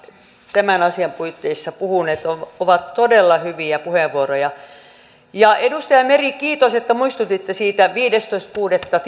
tämän asian puitteissa puhuneet ne ovat todella hyviä puheenvuoroja edustaja meri kiitos että muistutitte siitä tilaisuudesta viidestoista kuudetta